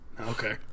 Okay